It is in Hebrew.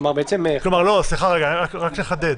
רק לחדד: